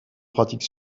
pratique